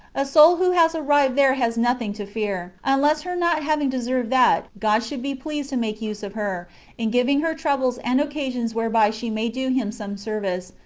a soul who has arrived there has nothing to fear, unless her not having deserved that god should be pleased to make use of her in giving her troubles and occasions whereby she may do him some service,